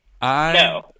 No